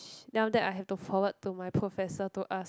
then after that I have to forward to my professor to ask